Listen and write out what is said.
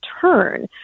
turn